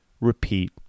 repeat